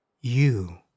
you